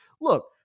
look